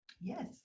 Yes